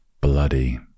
bloody